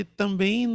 também